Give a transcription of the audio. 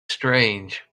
strange